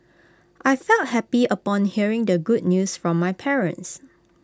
I felt happy upon hearing the good news from my parents